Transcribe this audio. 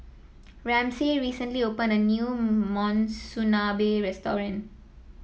Ramsey recently opened a new Monsunabe restaurant